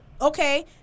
Okay